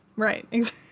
Right